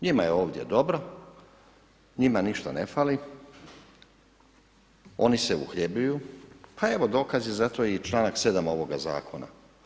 Njima je ovdje dobro, njima ništa ne fali, oni se uhljebljuju, pa evo dokaz je za to i članak 7., ovoga Zakona.